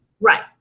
Right